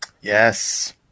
yes